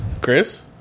Chris